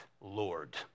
Lord